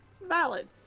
Valid